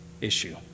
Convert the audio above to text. issue